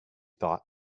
thought